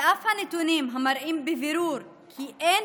על אף הנתונים המראים בבירור כי אין